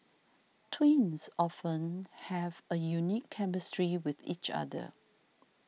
twins often have a unique chemistry with each other